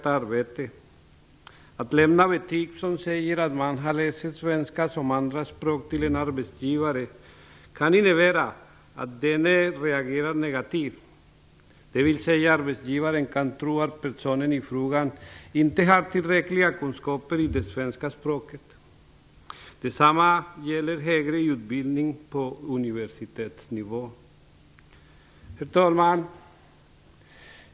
Att till en arbetsgivare lämna betyg som visar att man har läst svenska som andraspråk kan innebära att denne reagerar negativt, dvs. arbetsgivaren kan tro att personen i fråga inte har tillräckliga kunskaper i det svenska språket. Detsamma gäller även vid ansökan till högre utbildning på universitetsnivå. Herr talman!